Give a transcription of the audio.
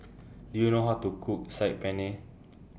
Do YOU know How to Cook Saag Paneer